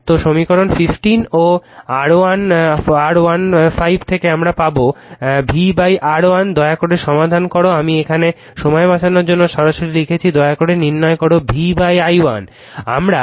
তো সমীকরণ 14 ও R15থেকে আমরা পাবো V R1 দয়াকরে সমাধান করো আমি এখানে সময় বাঁচানোর জন্য সরাসরি লিখেছি দয়াকরে নির্ণয় করো v i1